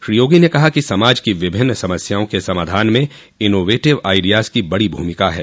श्री योगी ने कहा कि समाज की विभिन्न समस्याओं के समाधान में इनोवेटिव आइडियाज़ की बड़ी भूमिका है